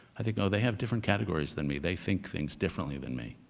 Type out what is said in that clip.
i think, oh, they have different categories than me. they think things differently than me.